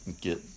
get